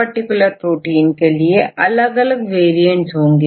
इस particular protein के लिए अलग अलग वेरिएंट्स होंगे